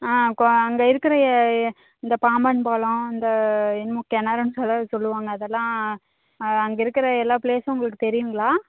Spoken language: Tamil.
ஆ கோ அங்கே இருக்கிற எ இந்த பாம்பன் பாலம் அந்த என்னமோ கிணறுன்னு சொல்லி அதை சொல்லுவாங்க அதெல்லாம் அங்கே இருக்கிற எல்லா பிளேஸும் உங்களுக்கு தெரியுங்களா